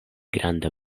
granda